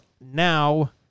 now